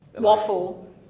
Waffle